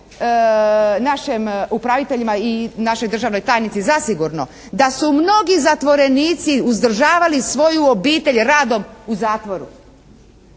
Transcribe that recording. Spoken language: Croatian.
našem upraviteljima i našoj državnoj tajnici zasigurno da su mnogi zatvorenici uzdržavali svoju obitelj radom u zatvoru,